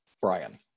Brian